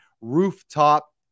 rooftop